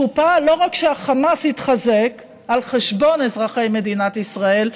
הוא פעל לא רק שהחמאס התחזק על חשבון אזרחי מדינת ישראל,